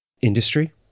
industry